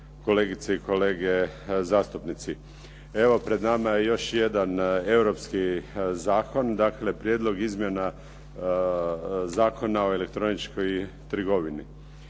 kolegice i kolege zastupnici. Evo pred nama je još jedan europski zakon, dakle prijedlog izmjena Zakona o elektroničkoj trgovini.